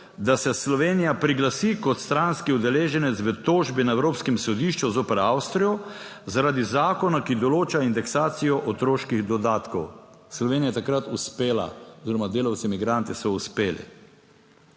da se Slovenija priglasi kot stranski udeleženec v tožbi na Evropskem sodišču zoper Avstrijo, zaradi zakona, ki določa indeksacijo otroških dodatkov. Slovenija je takrat uspela oziroma delavci migranti so uspeli.